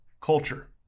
culture